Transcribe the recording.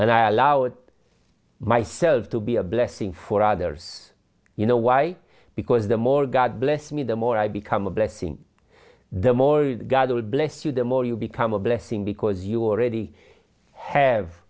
and i allowed myself to be a blessing for others you know why because the more god blessed me the more i become a blessing the more god will bless you the more you become a blessing because you already have